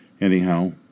Anyhow